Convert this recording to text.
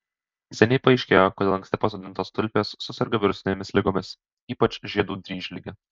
seniai paaiškėjo kodėl anksti pasodintos tulpės suserga virusinėmis ligomis ypač žiedų dryžlige